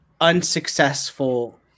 unsuccessful